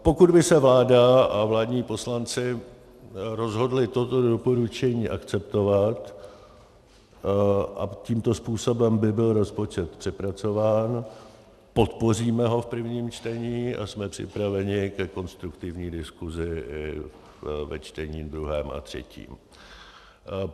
Pokud by se vláda a vládní poslanci rozhodli toto doporučení akceptovat a tímto způsobem by byl rozpočet přepracován, podpoříme ho v prvním čtení a jsme připraveni ke konstruktivní diskusi i ve čtení druhém a třetím.